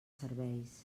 serveis